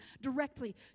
directly